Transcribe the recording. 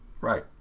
right